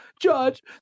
Judge